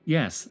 Yes